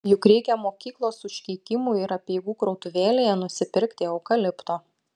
juk reikia mokyklos užkeikimų ir apeigų krautuvėlėje nusipirkti eukalipto